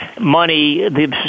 money